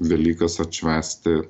velykas atšvęsti